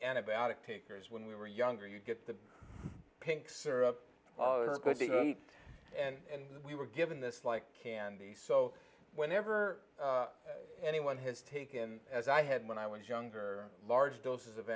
ntibiotic takers when we were younger you get the pink syrup and we were given this like candy so whenever anyone has taken as i had when i was younger large doses of